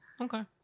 Okay